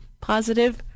positive